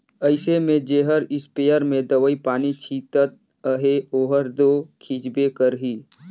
अइसे में जेहर इस्पेयर में दवई पानी छींचत अहे ओहर दो छींचबे करही